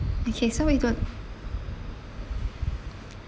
okay so we got